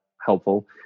helpful